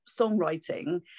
songwriting